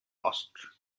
austrian